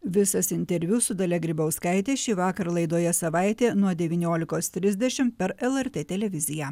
visas interviu su dalia grybauskaite šįvakar laidoje savaitė nuo devyniolikos trisdešim per lrt televiziją